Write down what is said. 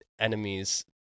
enemies